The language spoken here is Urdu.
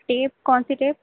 ٹیپ کون سی ٹیپ